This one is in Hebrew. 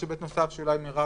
יש היבט נוסף שאולי מירב